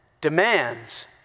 demands